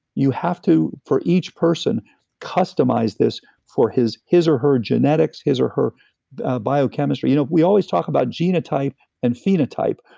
you have to, for each person customize this for his his or her genetics, his or her biochemistry. you know we always talk about genotype and phenotype,